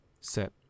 set